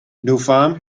doufám